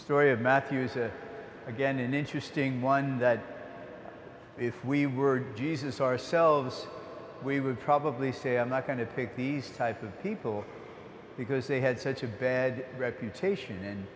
story of matthew's are again an interesting one that if we were jesus ourselves we would probably say i'm not going to pick these type of people because they had such a bad reputation and